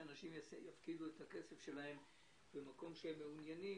שאנשים יפקידו את הכסף שלהם למקום שהם מעוניינים,